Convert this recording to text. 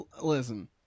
Listen